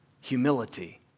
Humility